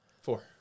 Four